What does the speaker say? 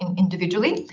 individually.